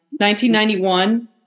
1991